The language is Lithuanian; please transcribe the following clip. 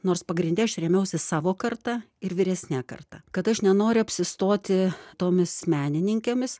nors pagrinde aš rėmiausi savo karta ir vyresne karta kad aš nenoriu apsistoti tomis menininkėmis